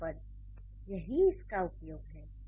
उपपद यही इसका उपयोग है